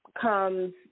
comes